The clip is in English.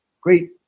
great